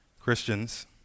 Christians